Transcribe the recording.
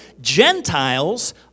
Gentiles